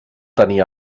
tenir